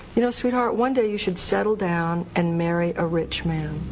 you know, sweetheart, one day you should settle down and marry a rich man.